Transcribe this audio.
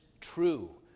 true